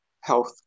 health